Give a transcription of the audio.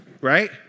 Right